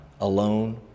alone